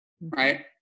right